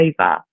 over